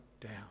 down